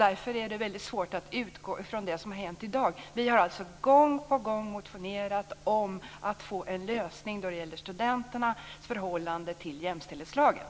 Därför är det väldigt svårt att utgå från det som har hänt i dag. Vi har gång på gång motionerat om att få en lösning när det gäller studenternas förhållande till jämställdhetslagen.